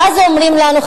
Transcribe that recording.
ואז אומרים לנו,